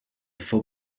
faut